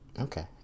okay